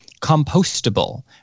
compostable